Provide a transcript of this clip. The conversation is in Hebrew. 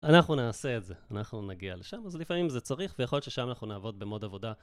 אנחנו נעשה את זה, אנחנו נגיע לשם, אז לפעמים זה צריך, ויכול להיות ששם אנחנו נעבוד במוד עבודה.